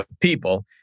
people